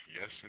Yes